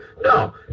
no